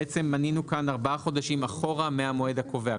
בעצם מנינו כאן ארבעה חודשים אחורה מהמועד הקובע,